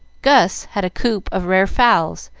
gus had a coop of rare fowls,